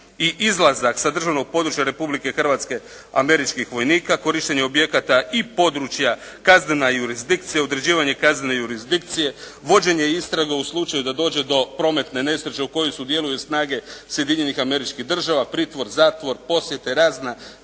i izlazak sa državnog područja Republike Hrvatske američkih vojnika, korištenje objekata i područja, kaznena jurisdikcija, određivanje kaznene jurisdikcije, vođenje istrage u slučaju da dođe do prometne nesreće u kojoj sudjeluju snage Sjedinjenih Američkih Država, pritvor, zatvor, posjete, razna